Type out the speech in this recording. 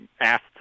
asked